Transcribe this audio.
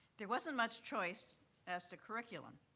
there wasn't much choice as to curriculum.